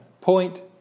point